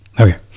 Okay